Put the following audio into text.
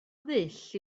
ddull